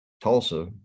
Tulsa